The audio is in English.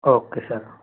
okay sir